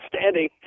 standing